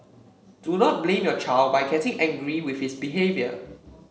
do not blame your child by getting angry with his behaviour